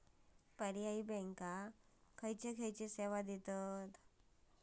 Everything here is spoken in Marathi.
पर्यायी बँका खयचे खयचे सेवा देतत?